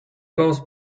goes